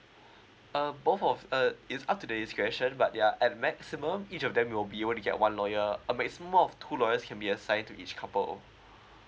uh both of uh it's up to their decision but their at maximum each of them will be able to get one lawyer a maximum of two lawyers can be assign to each couple